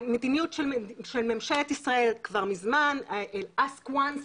המדיניות של ממשלת ישראל כבר מזמן ask once,